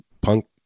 punk